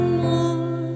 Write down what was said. more